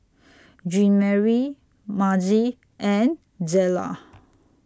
Jeanmarie Mazie and Zela